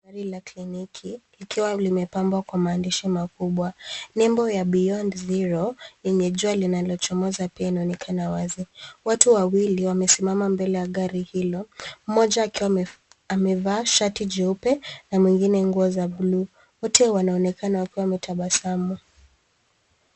Gari la kliniki, likiwa limepambwa kwa maandishi makubwa. Nembo ya Beyond Zero, lenye jua linalochomoza pia inaonekana wazi. Watu wawili wamesimama mbele ya gari hilo, moja akiwa amevaa shati jeupe na mweingine nguo za bluu. Wote wanaoenkana wakiwa wametabasamu.